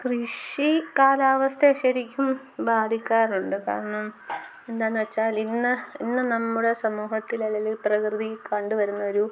കൃഷി കാലാവസ്ഥ ശരിക്കും ബാധിക്കാറുണ്ട് കാരണം എന്താന്നു വെച്ചാൽ ഇന്ന് ഇന്ന് നമ്മുടെ സമൂഹത്തിലെ അല്ലെങ്കിൽ പ്രകൃതിയിൽ കണ്ടുവരുന്ന ഒരു